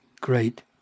great